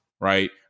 Right